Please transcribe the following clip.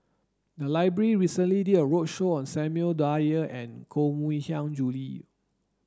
the library recently did a roadshow on Samuel Dyer and Koh Mui Hiang Julie